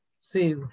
see